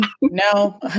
No